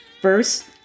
First